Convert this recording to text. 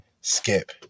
Skip